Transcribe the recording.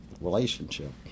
relationship